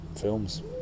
films